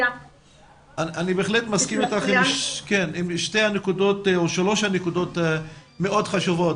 איתך עם שלוש הנקודות המאוד חשובות,